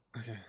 Okay